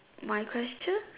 my question